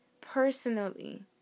personally